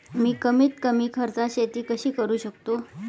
मी कमीत कमी खर्चात शेती कशी करू शकतो?